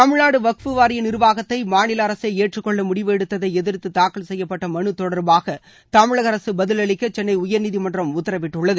தமிழ்நாடு வக்ஃப் வாரிய நிர்வாகத்தை மாநில அரசே ஏற்றுக்கொள்ள முடிவு எடுத்ததை எதிர்த்து தாக்கல் செய்யப்பட்ட மனு தொடர்பாக தமிழக அரசு பதிலளிக்க சென்னை உயர்நீதிமன்றம் உத்தரவிட்டுள்ளது